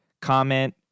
Comment